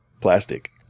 plastic